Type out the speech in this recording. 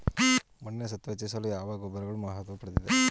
ಮಣ್ಣಿನ ಸತ್ವ ಹೆಚ್ಚಿಸಲು ಯಾವ ಗೊಬ್ಬರಗಳು ಮಹತ್ವ ಪಡೆದಿವೆ?